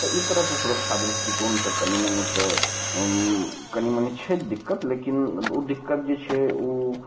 तऽ ई तरहसे सुरक्षा दृष्टिकोण सऽ कनी मनी तऽ कनी मनी छै दिक्कत लेकिन ओ दिक्कत जे छै ओ